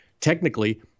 technically